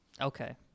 Okay